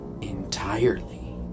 entirely